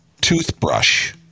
toothbrush